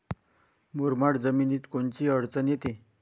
मुरमाड जमीनीत कोनकोनची अडचन येते?